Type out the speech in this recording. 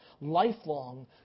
lifelong